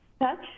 touch